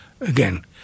again